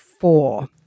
four